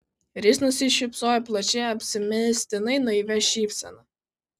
ir jis nusišypsojo plačia apsimestinai naivia šypsena